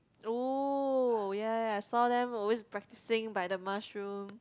oh ya ya I saw them always practicing by the mushroom